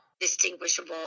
distinguishable